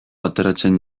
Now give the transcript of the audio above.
ateratzen